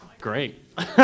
Great